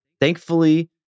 thankfully